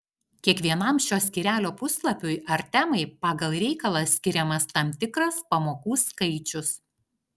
kiekvienam šio skyrelio puslapiui ar temai pagal reikalą skiriamas tam tikras pamokų skaičius